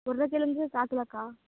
உருளைக்கிழங்கு கால் கிலோக்கா